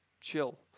chill